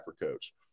coach